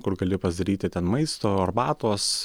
kur gali pasidaryti ten maisto arbatos